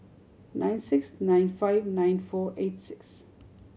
nine six nine five nine four eight six